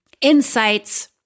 insights